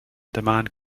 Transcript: demand